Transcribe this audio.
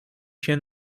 się